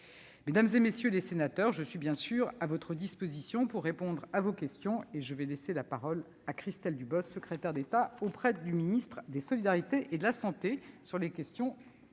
Mesdames, messieurs les sénateurs, je suis bien sûr à votre disposition pour répondre à vos questions ; je laisse la parole à Christelle Dubos, secrétaire d'État auprès du ministre des solidarités et de la santé, sur les sujets